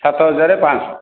ସାତ ହଜାର ପାଞ୍ଚଶହ